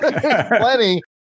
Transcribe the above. plenty